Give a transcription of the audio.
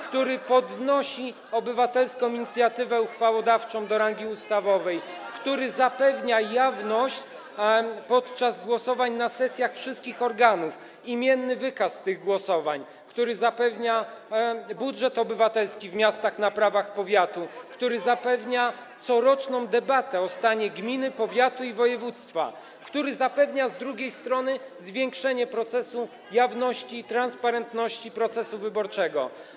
który podnosi obywatelską inicjatywę uchwałodawczą do rangi ustawowej, który zapewnia jawność podczas głosowań na sesjach wszystkich organów, imienny wykaz tych głosowań, który zapewnia budżet obywatelski w miastach na prawach powiatu, który zapewnia coroczną debatę o stanie gminy, powiatu i województwa, który zapewnia z drugiej strony zwiększenie jawności i transparentności procesu wyborczego.